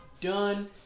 done